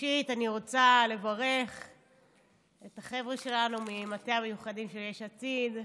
ראשית אני רוצה לברך את החבר'ה שלנו ממטה המיוחדים של יש עתיד,